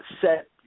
set